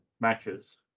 Matches